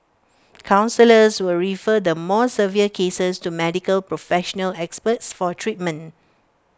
counsellors will refer the more severe cases to Medical professional experts for treatment